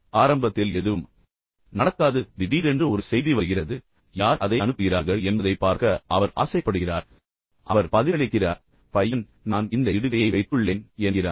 இப்போது ஆரம்பத்தில் எதுவும் நடக்காது திடீரென்று ஒரு செய்தி வருகிறது சரி அது தோன்றும் எனவே யார் அதை அனுப்புகிறார்கள் என்பதைப் பார்க்க அவர் ஆசைப்படுகிறார் அவர் பதிலளிக்கிறார் பின்னர் பையன் நான் இந்த இடுகையை வைத்துள்ளேன் பாருங்கள் என்று கூறுகிறான்